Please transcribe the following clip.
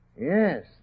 Yes